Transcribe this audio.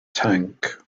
tank